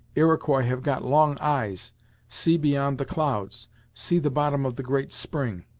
iroquois have got long eyes see beyond the clouds see the bottom of the great spring!